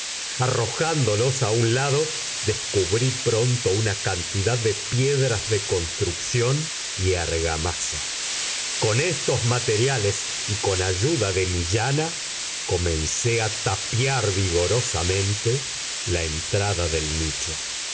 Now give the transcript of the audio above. arrojándolos a un lado descubrí pronto una cantidad de piedras de construcción y argamasa con estos materiales y con ayuda de mi llana comencé a tapiar vigorosamente la entrada del nicho